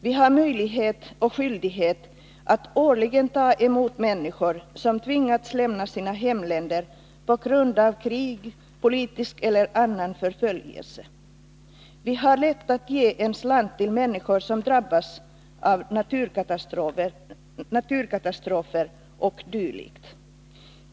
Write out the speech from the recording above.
Vi har möjlighet och skyldighet att årligen ta emot människor som tvingats lämna sina hemländer på grund av krig, politisk eller annan 35 förföljelse. Vi har lätt att ge en slant till människor som har drabbats av naturkatastrofer o. d.